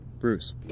Bruce